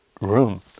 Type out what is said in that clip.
room